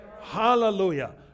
Hallelujah